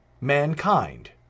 mankind